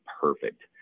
perfect